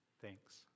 Thanks